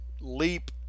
leap